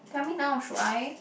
tell me now should I